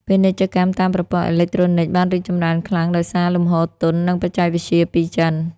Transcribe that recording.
ពាណិជ្ជកម្មតាមប្រព័ន្ធអេឡិចត្រូនិក បានរីកចម្រើនខ្លាំងដោយសារលំហូរទុន និងបច្ចេកវិទ្យាពីចិន។